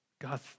God